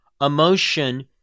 Emotion